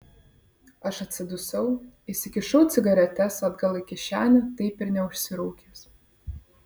aš atsidusau įsikišau cigaretes atgal į kišenę taip ir neužsirūkęs